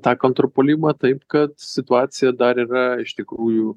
tą kontrpuolimą taip kad situacija dar yra iš tikrųjų